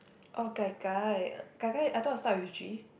oh gai gai uh gai gai I thought it start with G